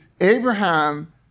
Abraham